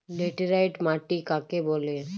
Laterite মাটি কাকে বলে?